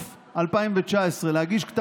לא,